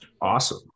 awesome